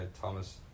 Thomas